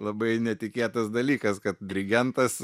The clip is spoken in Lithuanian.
labai netikėtas dalykas kad dirigentas